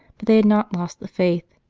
but they had not lost the faith.